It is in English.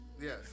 Yes